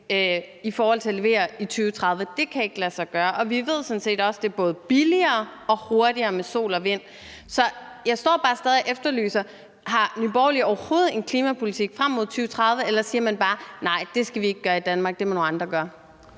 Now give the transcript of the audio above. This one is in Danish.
i forhold til at levere i 2030. Det kan ikke lade sig gøre. Og vi ved sådan set også, at det er både billigere og hurtigere med sol og vind. Så jeg står bare stadig væk og efterlyser et svar. Har Nye Borgerlige overhovedet en klimapolitik frem mod 2030, eller siger man bare: Nej, det skal vi ikke gøre i Danmark; det må nogle andre gøre?